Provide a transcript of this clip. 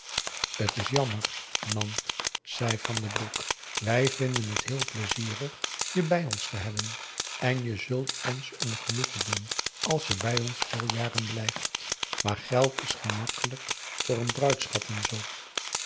het is jammer nant zei van den broek wij vinden het heel pleizierig je bij ons te hebben en je zult ons een genoegen doen als je bij ons veel jaren blijft maar geld is gemakkelijk voor een bruidschat en zoo